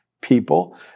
people